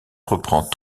reprend